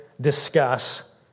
discuss